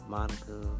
Monica